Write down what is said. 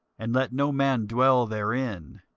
and let no man dwell therein